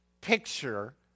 picture